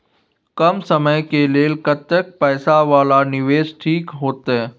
कम समय के लेल कतेक पैसा वाला निवेश ठीक होते?